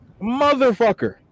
motherfucker